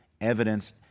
evidence